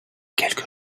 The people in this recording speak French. quelque